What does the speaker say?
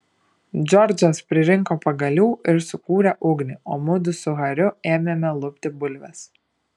džordžas pririnko pagalių ir sukūrė ugnį o mudu su hariu ėmėme lupti bulves